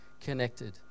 connected